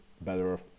better